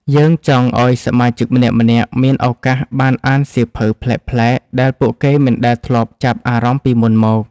យើងចង់ឱ្យសមាជិកម្នាក់ៗមានឱកាសបានអានសៀវភៅប្លែកៗដែលពួកគេមិនដែលធ្លាប់ចាប់អារម្មណ៍ពីមុនមក។